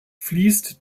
fließt